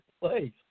place